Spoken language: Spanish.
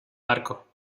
barco